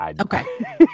Okay